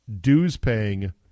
dues-paying